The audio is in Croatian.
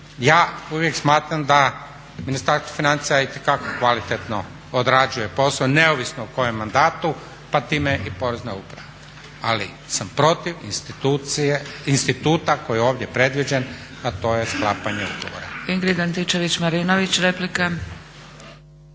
ja uvijek smatram da Ministarstvo financija itekako kvalitetno odrađuje posao, neovisno o kojem mandatu pa time i Porezna uprava. Ali sam protiv instituta koji je ovdje predviđen, a to je sklapanje ugovora. **Zgrebec, Dragica (SDP)** Ingrid Antičević-Marinović, replika.